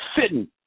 sitting